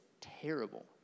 terrible